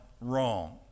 wrong